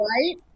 Right